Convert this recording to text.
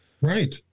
right